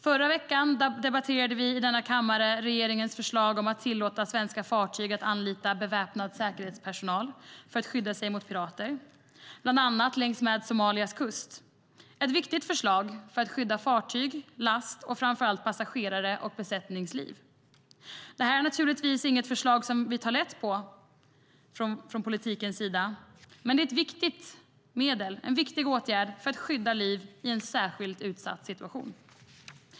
Förra veckan debatterade vi i denna kammare regeringens förslag om att tillåta svenska fartyg att anlita beväpnad säkerhetspersonal för att skydda sig mot pirater, bland annat längs med Somalias kust. Det är ett viktigt förslag för att skydda fartyg, last och framför allt passagerares och besättnings liv. Detta är naturligtvis inget förslag som vi inom politiken tar lätt på, men det är en viktig åtgärd för att skydda liv i en särskilt utsatt situation.